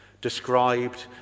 Described